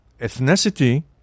ethnicity